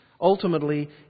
ultimately